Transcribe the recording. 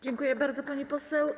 Dziękuję bardzo, pani poseł.